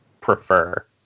prefer